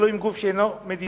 ולא עם גוף שאינו מדינה.